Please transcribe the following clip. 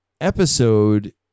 episode